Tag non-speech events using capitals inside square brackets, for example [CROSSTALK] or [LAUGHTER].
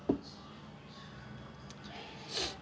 [BREATH]